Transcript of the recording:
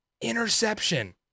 interception